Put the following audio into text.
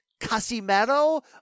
Casimero